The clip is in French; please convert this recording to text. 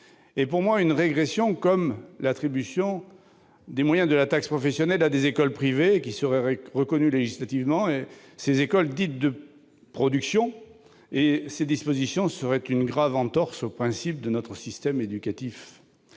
yeux, une régression, comme l'attribution des moyens de la taxe professionnelle à des écoles privées qui seraient reconnues législativement, écoles dites « écoles de production ». Ces dispositions seraient une grave entorse aux principes de notre système éducatif.